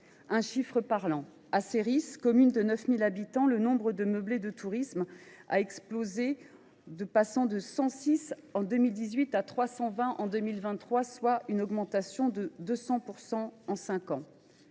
ce titre : à Serris, commune de 9 000 habitants, le nombre de meublés de tourisme a explosé, passant de 106 en 2018 à 320 en 2023, soit une augmentation de 200 % en cinq ans.